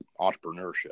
entrepreneurship